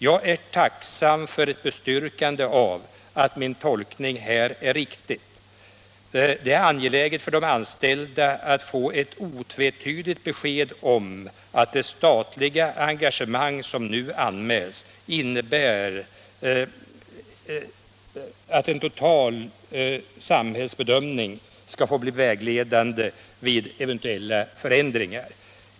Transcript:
Jag är tacksam för ett bestyrkande av att min tolkning härvidlag är riktig, eftersom det är angeläget för de anställda att få ett otvetydigt besked om att det statliga engagemang som nu anmälts innebär att en total samhällsbedömning skall få bli vägledande vid eventuella förändringar.